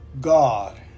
God